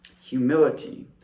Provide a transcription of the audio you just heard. Humility